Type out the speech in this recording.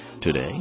today